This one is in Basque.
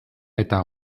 eta